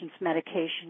medication